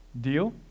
Deal